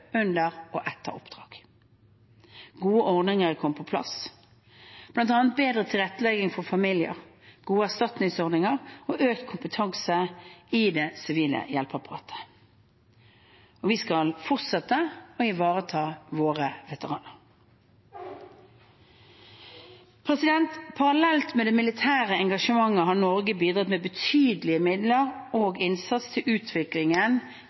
under og etter oppdrag. Gode ordninger er kommet på plass, bl.a. bedre tilrettelegging for familier, gode erstatningsordninger og økt kompetanse i det sivile hjelpeapparatet. Vi skal fortsette å ivareta våre veteraner. Parallelt med det militære engasjementet har Norge bidratt med betydelige midler og innsats til utviklingen